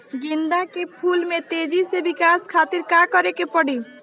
गेंदा के फूल में तेजी से विकास खातिर का करे के पड़ी?